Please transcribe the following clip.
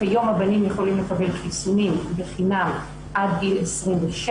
כיום הבנים יכולים לקבל חיסונים בחינם עד גיל 26,